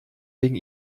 wegen